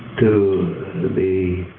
to be